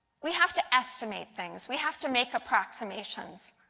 we have to estimate things. we have to make approximations.